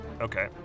Okay